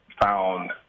found